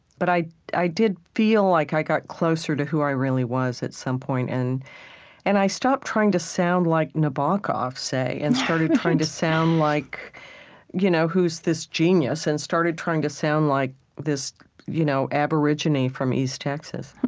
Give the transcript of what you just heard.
but i i did feel like i got closer to who i really was, at some point, and and i stopped trying to sound like nabokov, say, and started trying to sound like you know who's this genius, and started trying to sound like this you know aborigine from east texas